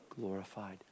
glorified